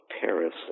Paris